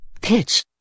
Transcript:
pitch